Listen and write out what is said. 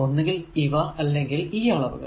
ഒന്നുകിൽ ഇവ അല്ലെങ്കിൽ ഈ അളവുകൾ